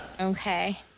Okay